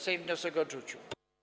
Sejm wniosek odrzucił.